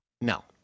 No